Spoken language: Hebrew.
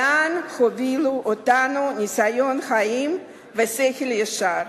לאן הובילו אותנו ניסיון חיים ושכל ישר: